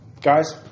guys